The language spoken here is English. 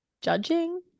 judging